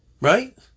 Right